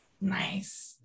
Nice